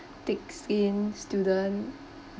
takes in student